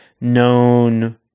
known